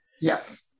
Yes